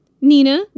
Nina